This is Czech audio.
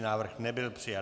Návrh nebyl přijat.